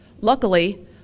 Luckily